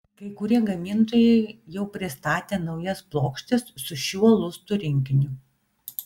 kai kurie gamintojai jau pristatė naujas plokštes su šiuo lustų rinkiniu